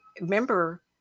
remember